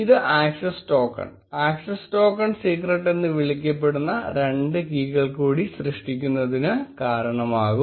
ഇത് access token access token secret എന്ന് വിളിക്കപ്പെടുന്ന രണ്ട് കീകൾ കൂടി സൃഷ്ടിക്കുന്നതിന് കാരണമാകും